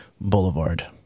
Boulevard